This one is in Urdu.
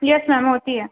یس میم ہوتی ہے